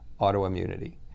autoimmunity